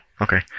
Okay